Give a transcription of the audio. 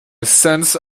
sense